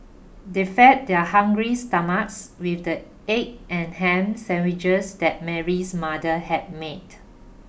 they fed their hungry stomachs with the egg and ham sandwiches that Mary's mother had made